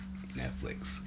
Netflix